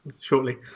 shortly